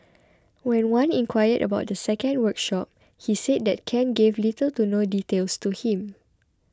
when Wan inquired about the second workshop he said that Ken gave little to no details to him